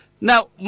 Now